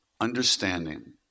understanding